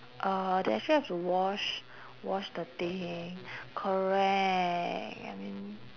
uh they actually have to wash wash the thing correct I mean